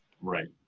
Right